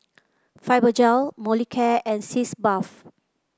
Fibogel Molicare and Sitz Bath